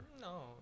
No